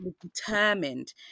determined